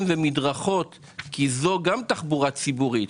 ומדרכות כי זו גם תחבורה ציבורית,